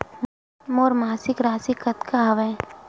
मोर मासिक राशि कतका हवय?